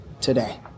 today